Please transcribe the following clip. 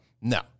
no